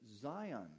Zion